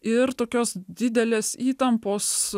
ir tokios didelės įtampos